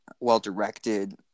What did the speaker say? well-directed